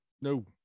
No